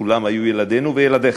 כולם היו ילדינו וילדיך,